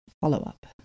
follow-up